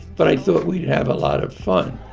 but i thought we'd have a lot of fun